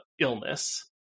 illness